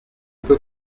peu